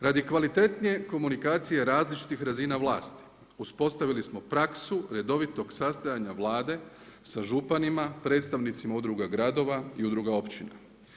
Radi kvalitetnije komunikacije različitih razina vlasti uspostavili smo praksu redovitog sastajanja Vlade sa županima, predstavnicima Udruga gradova i Udruga općina.